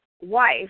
wife